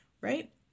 right